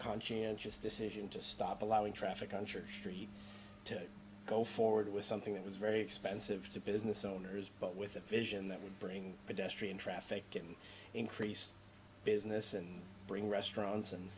conscientious decision to stop allowing traffic on church street to go forward with something that was very expensive to business owners but with a vision that would bring pedestrian traffic and increase business and bring restaurants and